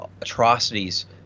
atrocities